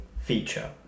feature